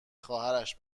خواهرش